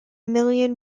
million